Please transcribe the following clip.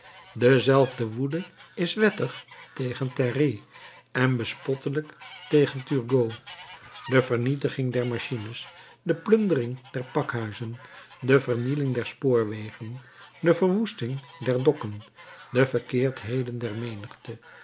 dezelfde woede is wettig tegen terray en bespottelijk tegen turgot de vernietiging der machines de plundering der pakhuizen de vernieling der spoorwegen de verwoesting der dokken de verkeerdheden der menigte